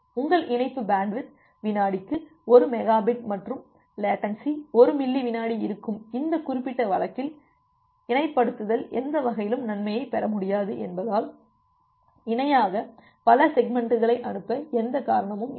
உங்கள் இணைப்பு பேண்ட்வித் வினாடிக்கு 1 மெகா பிட் மற்றும் லேட்டன்சி 1 மில்லி விநாடி இருக்கும் இந்த குறிப்பிட்ட வழக்கில் இணைப்படுத்தல் எந்த வகையிலும் நன்மையை பெற முடியாது என்பதால் இணையாக பல செக்மெண்ட்களை அனுப்ப எந்த காரணமும் இல்லை